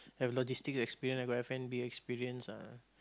have logistic experience I got F-and-B experience ah